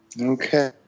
Okay